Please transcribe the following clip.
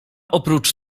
oprócz